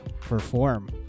perform